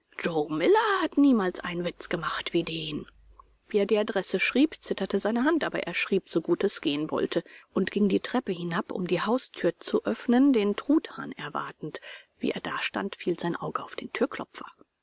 miller hat niemals einen witz gemacht wie den wie er die adresse schrieb zitterte seine hand aber er schrieb so gut es gehen wollte und ging die treppe hinab um die hausthür zu öffnen den truthahn erwartend wie er dastand fiel sein auge auf den